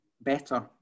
better